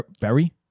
berry